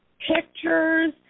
Pictures